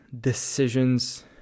decisions